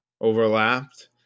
overlapped